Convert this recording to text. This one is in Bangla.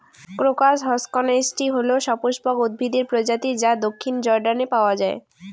ক্রোকাস হসকনেইচটি হল সপুষ্পক উদ্ভিদের প্রজাতি যা দক্ষিণ জর্ডানে পাওয়া য়ায়